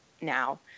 now